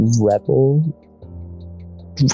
Rebel